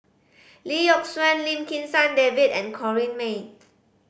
Lee Yock Suan Lim Kim San David and Corrinne May